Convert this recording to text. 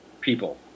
people